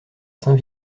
saint